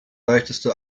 leichteste